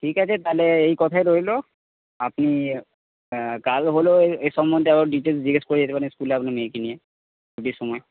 ঠিক আছে তাহলে এই কথাই রইলো আপনি কাল হলেও এর সম্বন্ধে আরো ডিটেলস জিজ্ঞেস করে যেতে পারেন স্কুলে আপনার মেয়েকে নিয়ে ছুটির সময়